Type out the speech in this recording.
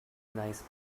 nice